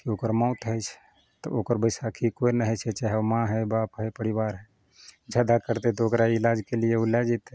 तऽ ओकर मौत होइ छै तऽ ओकर बैसाखी कोइ नहि होइ छै चाहे माँ होइ बाप होइ परिवार जादा करतय तऽ ओकरा इलाजके लिये उ लए जेतय